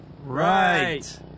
Right